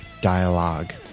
dialogue